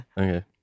Okay